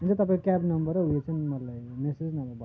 हुन्छ तपाईँको cab number र उयो चाहिँ मलाई मेसेज नभए भनिदिनोस् न क्याब नम्बर